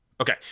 Okay